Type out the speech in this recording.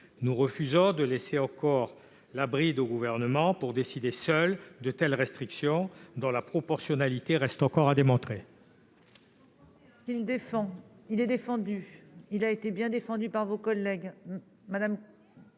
Nous refusons de lâcher la bride au Gouvernement pour décider seul de telles restrictions, dont la proportionnalité reste encore à démontrer.